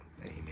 Amen